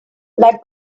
like